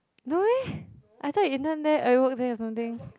no meh I thought you intern there or you work there or something